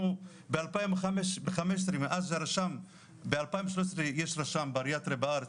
אנחנו בשנת 2015 אט בשנת 2013 מאז יש רשם בריאטרי בארץ